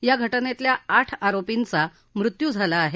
या घटनेतल्या आठ आरोपींचा मृत्यू झाला आहे